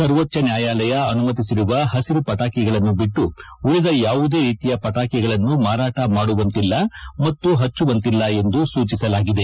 ಸರ್ವೋಚ್ಲ ನ್ಡಾಯಾಲಯ ಅನುಮತಿಸಿರುವ ಪಸಿರು ಪಟಾಕಿಗಳನ್ನು ಬಿಟ್ಟು ಉಳಿದ ಯಾವುದೇ ರೀತಿಯ ಪಟಾಕಿಗಳನ್ನು ಮಾರಾಟ ಮಾಡುವಂತಿಲ್ಲ ಮತ್ತು ಹಚ್ಚುವಂತಿಲ್ಲ ಎಂದು ಸೂಚಿಸಲಾಗಿದೆ